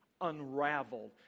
unraveled